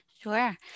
Sure